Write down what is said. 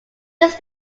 this